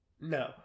No